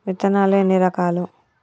విత్తనాలు ఎన్ని రకాలు?